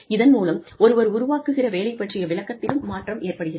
இதன் மூலம் ஒருவர் உருவாக்குகிற வேலை பற்றிய விளக்கத்திலும் மாற்றம் ஏற்படுகிறது